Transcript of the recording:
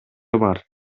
бар